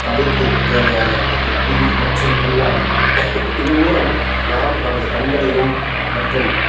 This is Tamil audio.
தலைக்கு தேவையான அந்த தொப்பி மற்றும் கண்ணாடி இவை மூலம் நாம் நமது கண்களையும் மற்றும்